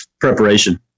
preparation